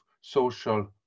social